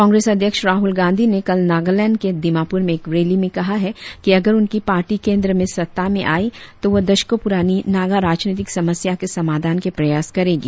कांग्रेस अध्यक्ष राहुल गांधी ने कल नगालैंड के दीमाप्र में एक रैली में कहा है कि अगर उनकी पार्टी केंद्र में सत्ता में आयी तो वह दशकों पुरानी नागा राजनीतिक समस्या के समाधान के प्रयास करेगी